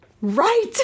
right